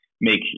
make